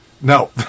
No